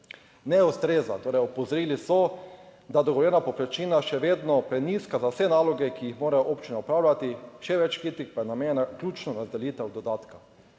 ne ustreza. Torej opozorili so, da je dogovorjena povprečnina še vedno prenizka za vse naloge, ki jih morajo občine opravljati. Še več kritik pa je namenjena ključno razdelitev dodatka.